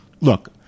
Look